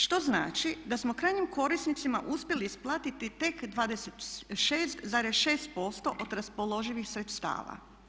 Što znači da smo krajnjim korisnicima uspjeli isplatiti tek 26,6% od raspoloživih sredstava.